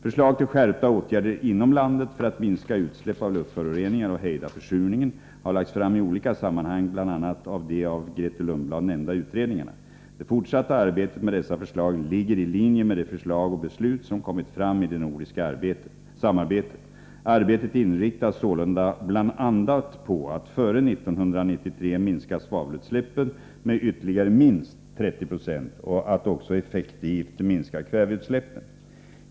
Förslag till skärpta åtgärder inom landet för att minska utsläpp av luftföroreningar och hejda försurningen har lagts fram i olika sammanhang bl.a. av de av Grethe Lundblad nämnda utredningarna. Det fortsatta arbetet med dessa förslag ligger i linje med de förslag och beslut som kommit fram i det nordiska samarbetet. Arbetet inriktas således bl.a. på att före år 1993 minska svavelutsläppen med ytterligare minst 30 26 och att också effektivt minska kväveutsläppen.